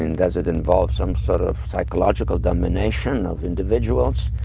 and does it involve some sort of psychological domination of individuals?